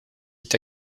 est